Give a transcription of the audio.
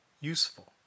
useful